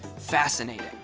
fascinating.